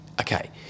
Okay